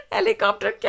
Helicopter